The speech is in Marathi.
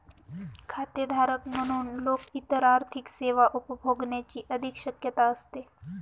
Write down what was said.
खातेधारक म्हणून लोक इतर आर्थिक सेवा उपभोगण्याची अधिक शक्यता असते